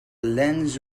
lens